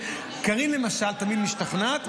קארין למשל תמיד משתכנעת,